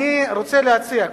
אני רוצה להציע.